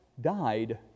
died